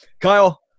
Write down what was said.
Kyle